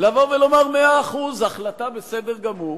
לבוא ולומר: מאה אחוז, ההחלטה בסדר גמור.